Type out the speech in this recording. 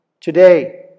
today